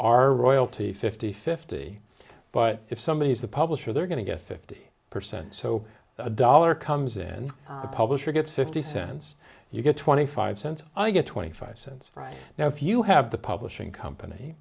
our royalty fifty fifty but if somebody is the publisher they're going to get fifty percent so a dollar comes in the publisher gets fifty cents you get twenty five cents i get twenty five cents right now if you have the publishing company